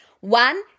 One